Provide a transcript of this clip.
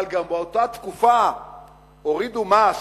אבל, גם באותה תקופה הורידו מס